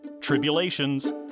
tribulations